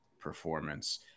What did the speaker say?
performance